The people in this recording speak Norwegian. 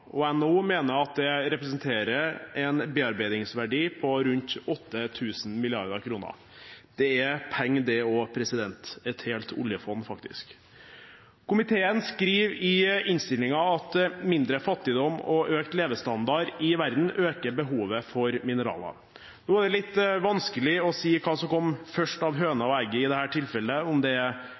NHO mener at det representerer en bearbeidingsverdi på rundt 8 000 mrd. kr. Det er penger, det også – et helt oljefond, faktisk. Komiteen skriver i innstillingen at mindre fattigdom og økt levestandard i verden øker behovet for mineraler. Det er litt vanskelig å si hva som kom først av høna og egget i dette tilfellet – om det er